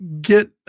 get